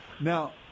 Now